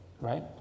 right